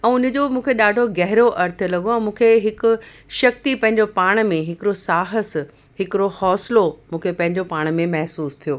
ऐं उन जो मूंखे ॾाढो गेहरो अर्थ लॻो ऐं मूंखे हिकु शक्ति पंहिंजो पाण में हिकिड़ो साहस हिकिड़ो हौसलो मूंखे पंहिंजे पाण में मेहसूस थियो